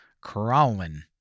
Crawling